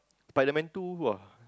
Spiderman two !wah!